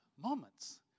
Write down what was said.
moments